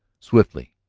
swiftly,